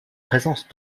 présence